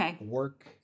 work